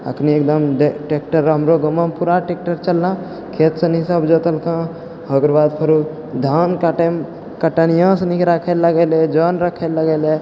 अखनि एकदम टैक्टर हमर गाँवमे पूरा टैक्टर चललौ खेत सनि सब जोतलकौ ओकर बाद फेरो धान काटि कटनियो सनिके राखै लगलै जोन राखै लगे रे